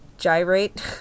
gyrate